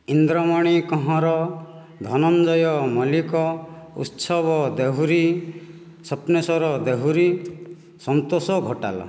Indramani Kanhar Dhananjay Mallik Utsav Dehury Swapneswar Dehury Santosh Ghotala